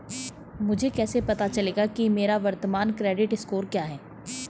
मुझे कैसे पता चलेगा कि मेरा वर्तमान क्रेडिट स्कोर क्या है?